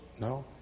No